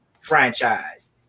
franchise